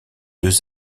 deux